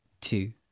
two